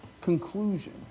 conclusion